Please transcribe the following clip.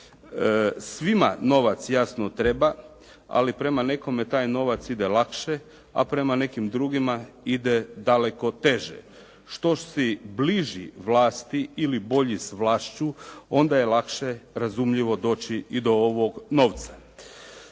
Svima novac jasno treba, ali prema nekome taj novac ide lakše, a prema nekim drugima ide daleko teže. Što si bliži vlasti ili bolji s vlašću, onda je lakše razumljivo doći i do ovog novca.